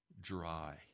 dry